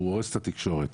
שהוא הורס את התקשורת.